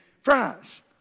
fries